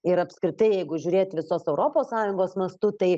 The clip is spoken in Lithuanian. ir apskritai jeigu žiūrėt visos europos sąjungos mastu tai